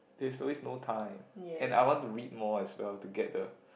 there's always no time and I want to read more as well to get the